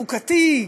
חוקתי,